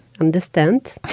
understand